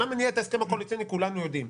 מה מניע את ההסכם הקואליציוני כולנו יודעים,